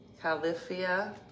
Califia